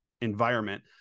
environment